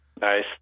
Nice